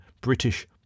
British